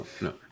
no